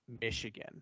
Michigan